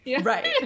right